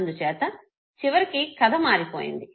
అందుచేత చివరకి కథ మారిపోయింది